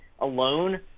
alone